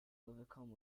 overcome